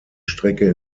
strecke